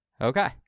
Okay